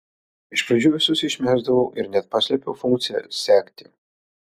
iš pradžių visus išmesdavau ir net paslėpiau funkciją sekti